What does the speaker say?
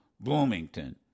Bloomington